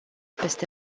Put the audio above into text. peste